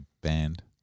band